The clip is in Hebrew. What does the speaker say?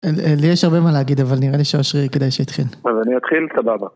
לי יש הרבה מה להגיד, אבל נראה לי שאושרי כדאי שיתחיל. אז אני אתחיל, סבבה.